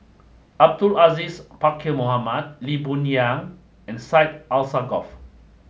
Abdul Aziz Pakkeer Mohamed Lee Boon Yang and Syed Alsagoff